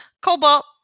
Cobalt